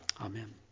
Amen